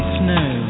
snow